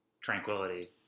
tranquility